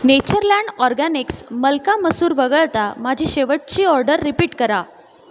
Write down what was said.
Organics मलका मसूर वगळता माझी शेवटची ऑर्डर रिपीट करा